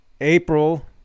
April